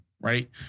right